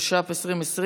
התש"ף 2020,